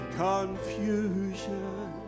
confusion